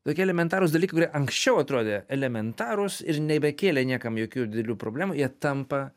tokie elementarūs dalykai kurie anksčiau atrodė elementarūs ir nebekėlė niekam jokių didelių problemų jie tampa